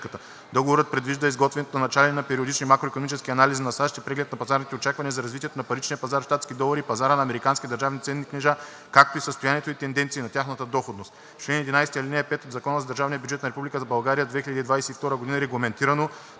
Договорът предвижда изготвянето на начален и на периодични макроикономически анализи на САЩ и преглед на пазарните очаквания за развитието на паричния пазар в щатски долари и пазара на американски държавни ценни книжа, както и състояние и тенденции на тяхната доходност. В чл. 11, ал. 5 от Закона за държавния бюджет на Република България за 2022 г. е регламентирано,